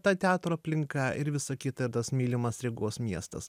ta teatro aplinka ir visa kita ir tas mylimas rygos miestas